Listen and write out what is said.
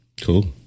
Cool